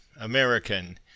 American